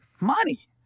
money